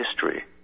history